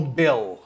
bill